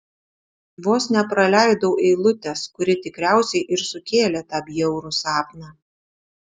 vos nepraleidau eilutės kuri tikriausiai ir sukėlė tą bjaurų sapną